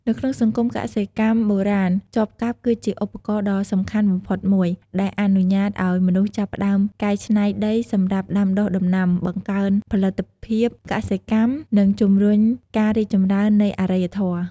នៅក្នុងសង្គមកសិកម្មបុរាណ ចបកាប់គឺជាឧបករណ៍ដ៏សំខាន់បំផុតមួយ ដែលអនុញ្ញាតឱ្យមនុស្សចាប់ផ្ដើមកែច្នៃដីសម្រាប់ដាំដុះដំណាំ បង្កើនផលិតភាពកសិកម្ម និងជំរុញការរីកចម្រើននៃអរិយធម៌។